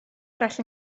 arall